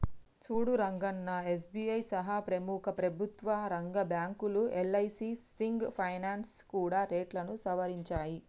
సూడు రంగన్నా ఎస్.బి.ఐ సహా ప్రముఖ ప్రభుత్వ రంగ బ్యాంకులు యల్.ఐ.సి సింగ్ ఫైనాల్స్ కూడా రేట్లను సవరించాయి